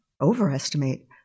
overestimate